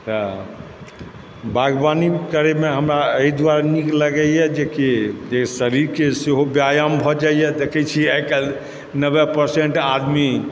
तऽ बागवानी करैमे हमरा अहि दुआरे नीक लागैए जेकि शरीरके सेहो व्यायाम भऽ जाइए देखै छियै आइकाल्हि नब्बे परसेन्ट आदमी